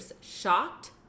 shocked